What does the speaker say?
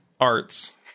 Arts